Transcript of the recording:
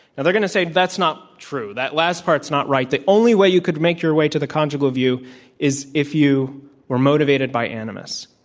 and they're going to say that's not true. that last part's not right. the only way you could make your way to the conjugal view is if you were motivated by animus.